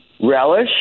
Relish